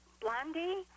Blondie